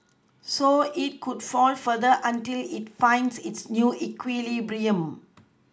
so it could fall further until it finds its new equilibrium